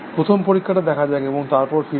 প্রথম পরিক্ষাটা দেখা যাক এবং তারপর ফিরে আসব